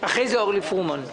אחרי זה, אורלי פרומן.